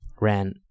ran